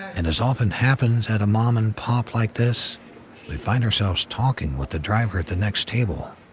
and as often happens at a mom and pop like this, we find ourselves talking with the driver at the next table.